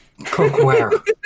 cookware